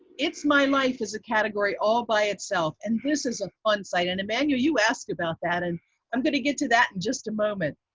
it's my life is a category all by itself. and this is a fun site, and emmanuel, you asked about that. and i'm going to get to that in just a moment.